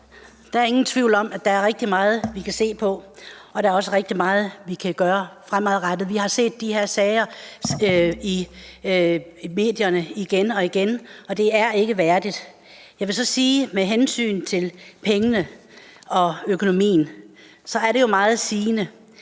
Der er ingen tvivl om, at der er rigtig meget, vi kan se på, og der er også rigtig meget, at vi kan gøre fremadrettet. Vi har set de her sager i medierne igen og igen, og det er ikke værdigt. Jeg vil så sige med hensyn til pengene og økonomien, at det jo er meget sigende,